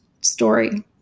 story